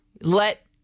let